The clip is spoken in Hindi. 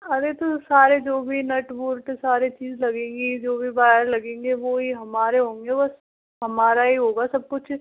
अरे तो सारे जो भी नट बोल्ट सारे चीज़ लगेंगी जो भी वायर लगेंगे वो ही हमारे होंगे बस हमारा ही होगा सब कुछ